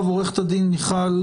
תודה.